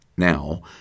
Now